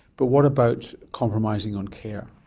but what about compromising on care?